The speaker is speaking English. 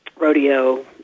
rodeo